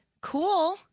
Cool